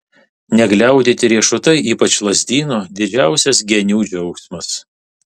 negliaudyti riešutai ypač lazdyno didžiausias genių džiaugsmas